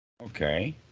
okay